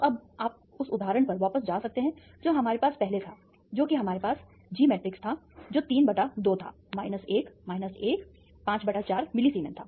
तो अब आप उस उदाहरण पर वापस जा सकते हैं जो हमारे पास पहले था जो कि हमारे पास G मैट्रिक्स था जो 3 बटा 2 था माइनस 1 माइनस 1 5 बटा 4 मिलीसीमेंस था